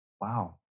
Wow